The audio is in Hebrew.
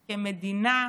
כמדינה,